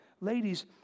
ladies